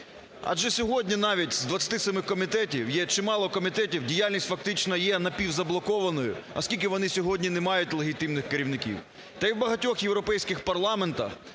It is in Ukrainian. Адже сьогодні навіть з 27 комітетів є чимало комітетів, діяльність фактично є напівзаблокованою, оскільки вони сьогодні не мають легітимних керівників. Та і в багатьох європейських парламентах